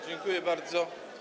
Dziękuję bardzo.